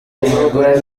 umugore